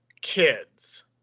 kids